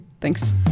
Thanks